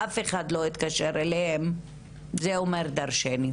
ואף אחד לא התקשר אליהן - זה אומר דרשני.